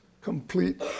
complete